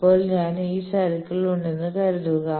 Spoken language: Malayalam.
ഇപ്പോൾ ഞാൻ ഈ സർക്കിളിൽ ഉണ്ടെന്ന് കരുതുക